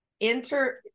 enter